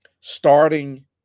Starting